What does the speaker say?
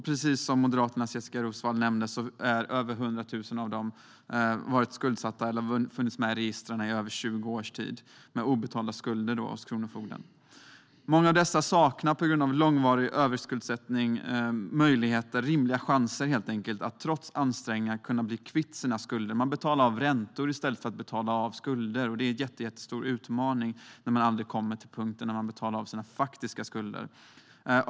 Precis som Moderaternas Jessika Roswall nämnde har över 100 000 av dem funnits med i registren med obetalda skulder hos kronofogden i över 20 års tid. Många av dem saknar helt enkelt rimliga chanser att trots ansträngningar bli kvitt sina skulder. De betalar av räntor i stället för att betala av skulder, och det är en stor utmaning när man aldrig kommer till den punkt då man betalar av på sina faktiska skulder.